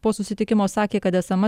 po susitikimo sakė kad esama